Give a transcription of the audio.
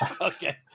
Okay